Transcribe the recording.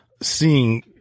seeing